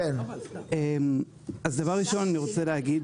מיכאל, אגף תקציבים.